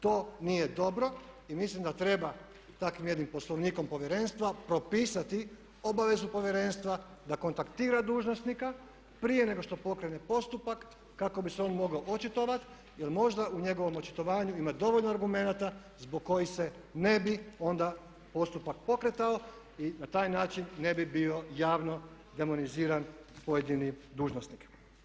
To nije dobro i mislim da treba takvim jednim poslovnikom povjerenstva propisati obavezu povjerenstva da kontaktira dužnosnika prije nego što pokrene postupak kako bi se on mogao očitovati jer možda u njegovom očitovanju ima dovoljno argumenata zbog kojih se ne bi onda postupak pokretao i na taj način ne bi bio javno demoniziran pojedini dužnosnik.